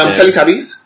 Teletubbies